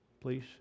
please